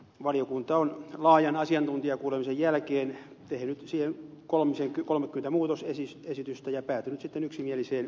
valiokunta on laajan asiantuntijakuulemisen jälkeen tehdyt syö kolme sekä kolme pientä tehnyt siihen kolmekymmentä muutosesitystä ja päätynyt sitten yksimieliseen mietintöön